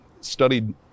studied